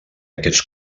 aquests